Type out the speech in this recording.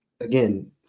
again –